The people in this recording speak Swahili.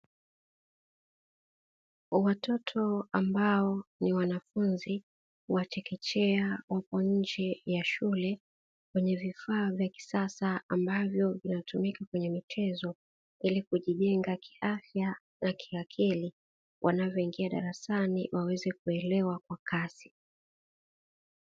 Watoto ambao ni wanafunzi wa chekechea, wapo nje ya shule kwenye vifaa vya kisasa ambavyo vinatumika kwenye michezo, ili kujijenga kiafya na kiakili wanavyoingia darasani waweze kuelewa kwa kasi.